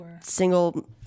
single